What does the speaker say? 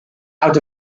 out